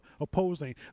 opposing